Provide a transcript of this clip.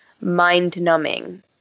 mind-numbing